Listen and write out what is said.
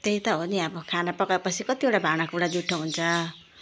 त्यही त हो नि अब खाना पकाएपछि कतिवटा भाँडाकुँडा जुठो हुन्छ